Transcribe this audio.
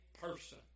person